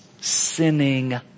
sinning